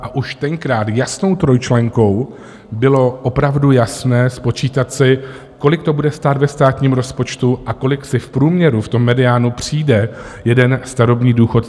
A už tenkrát jasnou trojčlenkou bylo opravdu jasné spočítat si, kolik to bude stát ve státním rozpočtu a na kolik v průměru v tom mediánu přijde jeden starobní důchodce.